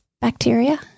bacteria